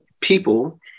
people